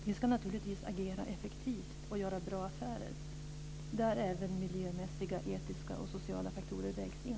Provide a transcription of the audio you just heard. Vi ska naturligtvis agera effektivt och göra bra affärer där även miljömässiga, etiska och sociala faktorer vägs in.